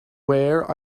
where